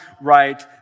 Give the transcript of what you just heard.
right